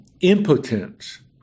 impotence